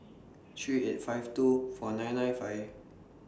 three eight five two four nine nine five